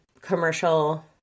commercial